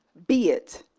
be it.